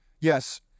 Yes